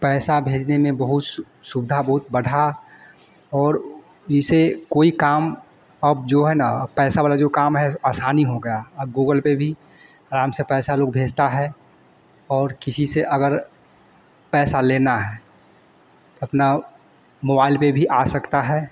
पैसा भेजने में बहुत सुविधा बहुत बढ़ा और जैसे कोई काम अब जो है ना पैसा वाला जो काम है आसानी हो गया अब गूगल पे भी अराम से पैसा लोग भेजते है और किसी से अगर पैसा लेना है तो अपना मोवाइल पर भी आ सकता है